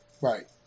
right